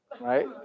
right